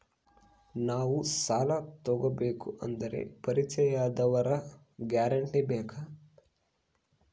ನಾವು ಸಾಲ ತೋಗಬೇಕು ಅಂದರೆ ಪರಿಚಯದವರ ಗ್ಯಾರಂಟಿ ಬೇಕಾ?